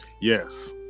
yes